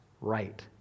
right